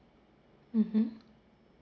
mmhmm